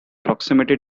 proximity